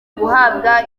guhabwa